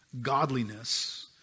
godliness